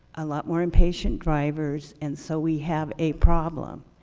a lot more inpatient drivers, and so we have a problem.